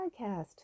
Podcast